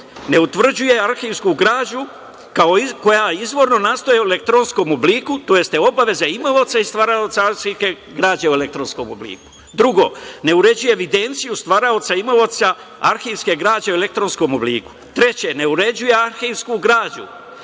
ne utvrđuje arhivsku građu koja izvorno nastaje u elektronskom obliku, tj. obaveze imaoca i stvaraoca arhivske građe u elektronskom obliku. Drugo, ne uređuje evidenciju stvaraoca i imaoca arhivske građe u elektronskom obliku. Treće, ne uređuje arhivsku građu